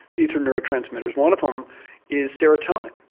these are neurotransmitters. one of them is serotonin,